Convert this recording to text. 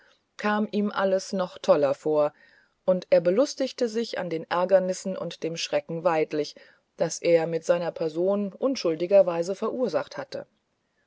kam ihm alles noch toller vor und er belustigte sich an dem ärgernis und dem schrecken weidlich das er mit seiner person unschuldigerweise verursacht hatte